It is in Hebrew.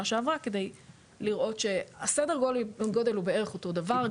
שעברה כדי לראות שהסדר גודל בערך אותו דבר,